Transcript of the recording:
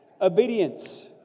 Obedience